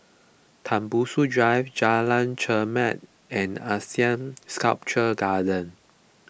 Tembusu Drive Jalan Chermat and Asean Sculpture Garden